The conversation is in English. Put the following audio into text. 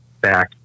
back